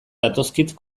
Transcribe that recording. datozkit